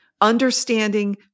Understanding